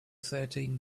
thirteen